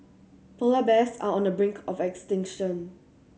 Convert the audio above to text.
polar bears are on the brink of extinction